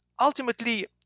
ultimately